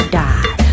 die